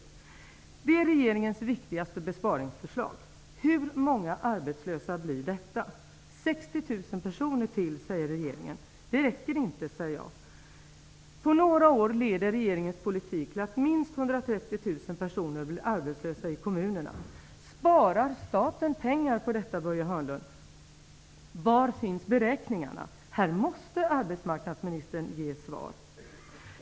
Det är regeringens viktigaste besparingsförslag. personer till, säger regeringen. Det räcker inte, säger jag. På några år leder regeringens politik till att minst 130 000 personer blir arbetslösa i kommunerna. Sparar staten pengar på detta, Börje Hörnlund? Var finns beräkningarna? Här måste arbetsmarknadsministern ge svar.